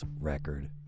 record